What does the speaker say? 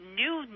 new